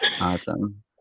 Awesome